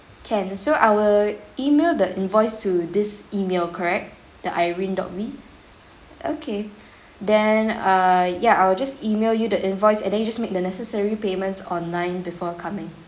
can so I will email the invoice to this email correct the irene dot wee okay then err ya I will just email you the invoice and then you just make the necessary payments online before coming